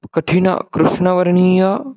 कठिणकृष्णवर्णीयाः